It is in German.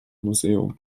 museum